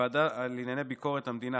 בוועדה לענייני ביקורת המדינה,